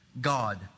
God